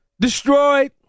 destroyed